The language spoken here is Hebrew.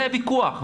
זה הוויכוח.